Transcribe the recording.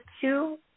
Two